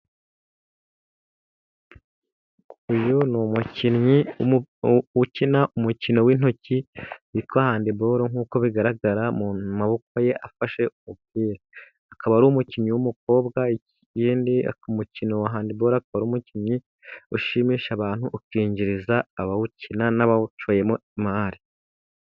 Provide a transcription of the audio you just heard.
Uyu ni umukinnyi ukina umukino w'intoki witwa hendiboro, nk'uko bigaragara mu maboko ye afashe umupira. Akaba ari umukinnyi w'umukobwa, ikindi umukino wa handiboro, ukaba ari umukino ushimisha abantu, ukinjiriza abawukina n'abawushoyemo imari.